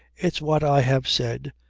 it's what i have said,